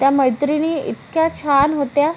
त्या मैत्रिणी इतक्या छान होत्या